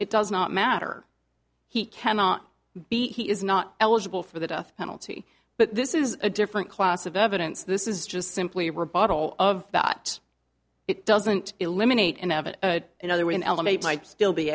it does not matter he cannot be he is not eligible for the death penalty but this is a different class of evidence this is just simply were bottle of thought it doesn't eliminate any of it another way an element might still be